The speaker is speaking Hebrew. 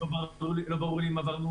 לא ברור לי אם האוטובוס עבר חיטוי,